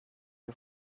sie